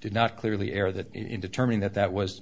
did not clearly air that in determining that that was